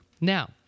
Now